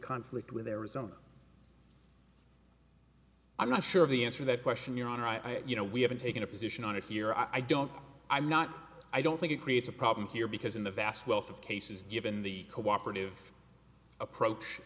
conflict with arizona i'm not sure of the answer that question your honor i you know we haven't taken a position on it here i don't i'm not i don't think it creates a problem here because in the vast wealth of cases given the cooperative approach